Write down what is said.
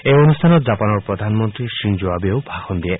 এই অনুষ্ঠানত জাপানৰ প্ৰধানমন্ত্ৰী ধিনজো আবেও ভাষণ দিয়ে